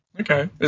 Okay